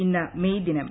ഇന്ന് മെയ് ദിനം